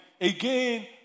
Again